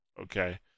Okay